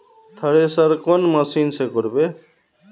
Thresher कौन machine से करबे?